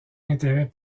intérêt